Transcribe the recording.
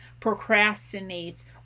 procrastinates